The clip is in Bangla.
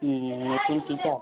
হুম নতুন কী চাপ